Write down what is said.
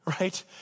Right